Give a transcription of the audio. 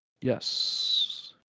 Yes